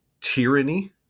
tyranny